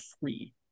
free